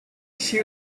she